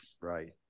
Right